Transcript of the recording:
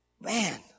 Man